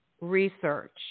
research